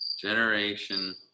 Generation